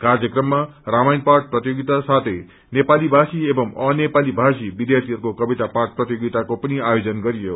कार्यक्रममा रामायण पाठ प्रतियोगिता साथै नेपाली भाषा एवं अनेपाली भाषाी विध्यार्थीहरूको कविता पाठ प्रतियोगिता को पिन आयोजन गरियो